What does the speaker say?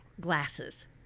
glasses